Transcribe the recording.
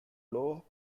low